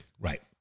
Right